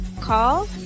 call